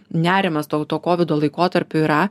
nerimas to to kovido laikotarpiu yra